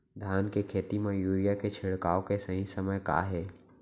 धान के खेती मा यूरिया के छिड़काओ के सही समय का हे?